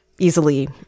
easily